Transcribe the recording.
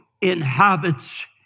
inhabits